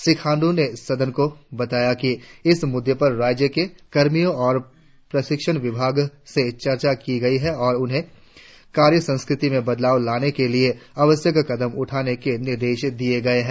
श्री खांड्र ने सदन को बताया कि इस मुद्दे पर राज्य के कार्मिक और प्रशिक्षण विभाग से चर्चा की गई है और उन्हें कार्य संस्कृति में बदलाव लाने के लिए आवश्यक कदम उठाने के निर्देश दिए गए हैं